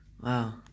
Wow